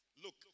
Look